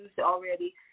already